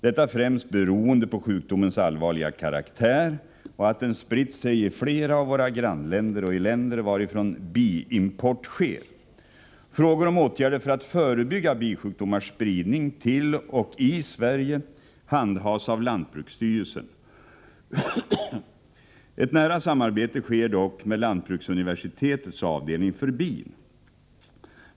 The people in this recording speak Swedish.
Detta beror främst på sjukdomens allvarliga karaktär och på att den spritt sig i flera av våra grannländer och i länder varifrån biimport sker. Frågor om åtgärder för att förebygga bisjukdomars spridning till och i Sverige handhas av lantbruksstyrelsen. Ett nära samarbete sker dock med lantbruksuniversitetets avdelning för bin.